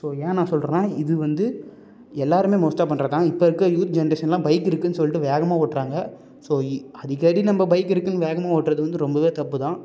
so ஏன் நான் சொல்கிறேன்னா இது வந்து எல்லோருமே மோஸ்டாக பண்றது தான் இப்போ இருக்கற யூத் ஜென்ரேஷனில் பைக்கு இருக்குனு சொல்லிட்டு வேகமாக ஓட்டுகிறாங்க ஸோ அதிக்கடி நம்ம பைக் இருக்குன்னு வேகமாக ஓட்டுறது வந்து ரொம்பவே தப்புதான்